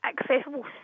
accessible